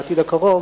בעתיד הקרוב